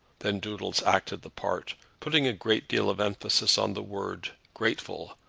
then doodles acted the part, putting a great deal of emphasis on the word grateful,